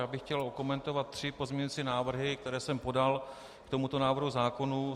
Já bych chtěl okomentovat tři pozměňovací návrhy, které jsem podal k tomuto návrhu zákona.